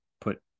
put